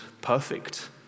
perfect